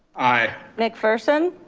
aye. mcpherson.